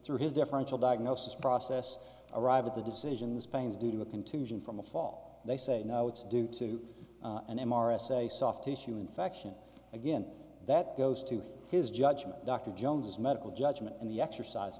through his differential diagnosis process arrived at the decision this pains due to a contusion from a fall they say no it's due to an m r s a soft tissue infection again that goes to his judgment dr jones his medical judgment and the exercise